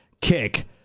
kick